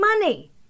money